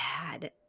bad